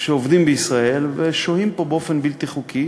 שעובדים בישראל ושוהים פה באופן בלתי חוקי,